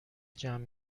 جمع